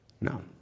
No